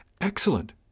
Excellent